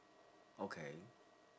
okay